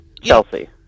Chelsea